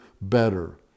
better